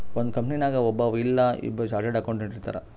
ಒಂದ್ ಕಂಪನಿನಾಗ್ ಒಬ್ಬವ್ ಇಲ್ಲಾ ಇಬ್ಬುರ್ ಚಾರ್ಟೆಡ್ ಅಕೌಂಟೆಂಟ್ ಇರ್ತಾರ್